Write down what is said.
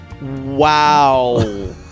Wow